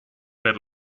per